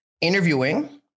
interviewing